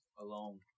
alone